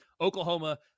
Oklahoma